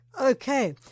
Okay